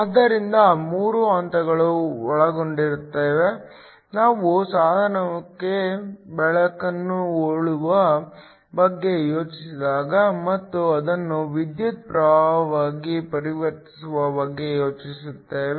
ಆದ್ದರಿಂದ 3 ಹಂತಗಳು ಒಳಗೊಂಡಿರುತ್ತವೆ ನಾವು ಸಾಧನಕ್ಕೆ ಬೆಳಕನ್ನು ಹೊಳೆಯುವ ಬಗ್ಗೆ ಯೋಚಿಸಿದಾಗ ಮತ್ತು ಅದನ್ನು ವಿದ್ಯುತ್ ಪ್ರವಾಹವಾಗಿ ಪರಿವರ್ತಿಸುವ ಬಗ್ಗೆ ಯೋಚಿಸುತ್ತೇವೆ